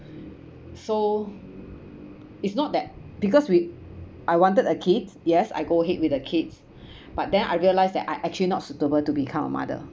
so it's not that because we I wanted a kids yes I go ahead with the kids but then I realise that I actually not suitable to become a mother